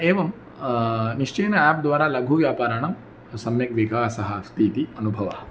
एवं निश्चयेन आप्द्वारा लघु व्यापाराणां सम्यक् विकासमस्ति इति अनुभवः